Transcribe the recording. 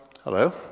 hello